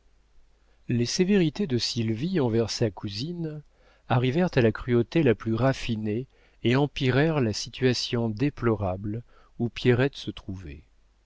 les sévérités de sylvie envers sa cousine arrivèrent à la cruauté la plus raffinée et empirèrent la situation déplorable où pierrette se trouvait